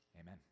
Amen